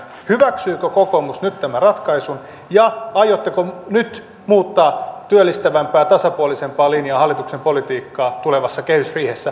hyväksyykö kokoomus nyt tämän ratkaisun ja aiotteko nyt muuttaa työllistävämpään tasapuolisempaan linjaan hallituksen politiikkaa tulevassa kehysriihessä